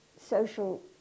social